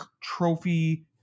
Trophy